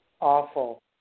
Awful